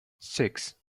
six